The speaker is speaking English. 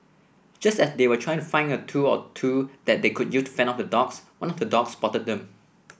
just as they were trying to find a tool or two that they could use to fend off the dogs one of the dogs spotted them